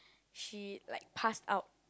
she like passed out